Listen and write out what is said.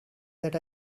that